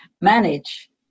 manage